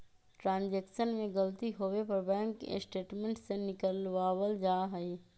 transaction में गलती होवे पर बैंक स्टेटमेंट के निकलवावल जा हई